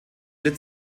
litt